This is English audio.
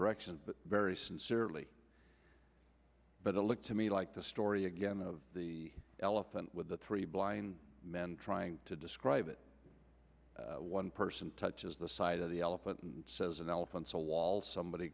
direction very sincerely but it looked to me like the story again of the elephant with the three blind men trying to describe it one person touches the side of the elephant and says an elephant's a wall somebody